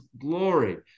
glory